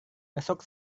besok